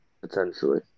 Potentially